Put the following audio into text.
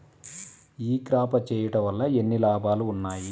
ఈ క్రాప చేయుట వల్ల ఎన్ని లాభాలు ఉన్నాయి?